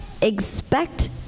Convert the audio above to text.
expect